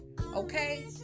okay